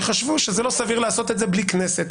שחשבו שזה לא סביר לעשות את זה בלי כנסת.